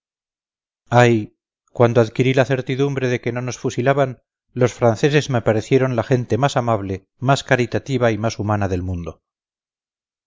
ay cuando adquirí la certidumbre de que no nos fusilaban los franceses me parecieron la gente más amable más caritativa y más humana del mundo